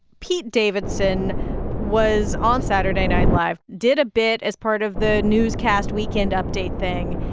pete davidson was on saturday night live, did a bit as part of the newscast weekend update thing.